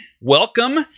Welcome